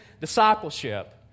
discipleship